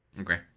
Okay